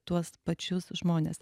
tuos pačius žmones